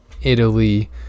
Italy